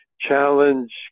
challenge